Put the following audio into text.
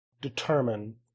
determine